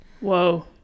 Whoa